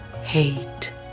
hate